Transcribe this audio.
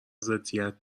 ضدیت